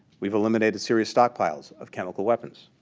we've eliminated serious stockpiles of chemical weapons.